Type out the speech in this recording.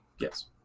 Yes